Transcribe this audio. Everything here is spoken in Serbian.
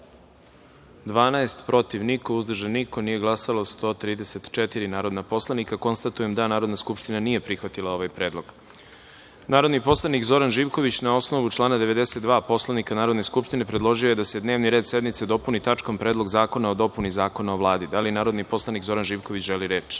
12, protiv – niko, uzdržan – niko, nije glasalo 134 narodna poslanika. Konstatujem da Narodna skupština nije prihvatila ovaj predlog. Narodni poslanik Zoran Živković na osnovu člana 92. Poslovnika Narodne skupštine predložio je da se dnevni red dopuni tačkom – Predlog zakona o dopuni Zakona o Vladi. Da li narodni poslanik Zoran Živković želi reč?